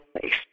place